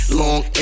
long